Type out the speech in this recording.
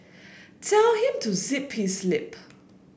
tell him to zip his lip